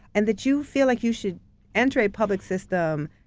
and that you feel like you should enter a public system,